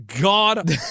God